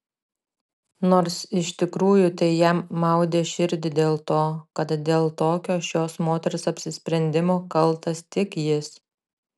nors iš tikrųjų tai jam maudė širdį dėl to kad dėl tokio šios moters apsisprendimo kaltas tik jis